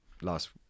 last